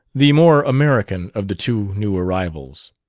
the more american of the two new arrivals.